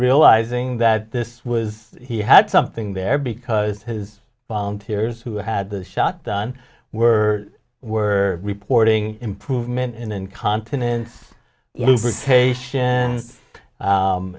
realizing that this was he had something there because his volunteers who had the shotgun were were reporting improvement in incontinen